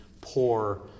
poor